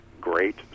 great